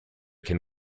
can